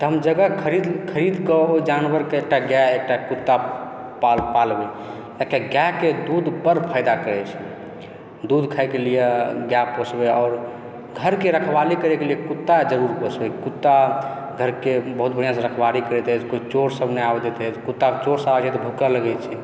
तऽ हम जगह खरीदकऽ ओ जानवर कऽ एकटा गाय एकटा कुत्ता पालबै कियाकि गायके दूध बड़ फायदा करै छै दूध खाएके लिए गाय पोषबै आओर घरकेँ रखवाली करयके लिए कुत्ता जरुर पोषबै कुत्ता घरके भी बहुत बढ़िआँसँ रखवाली करैत अछि कोइ चोर सब नहि आबै दैत अछि चोर सब आबै छै तऽ भूकऽ लगै छै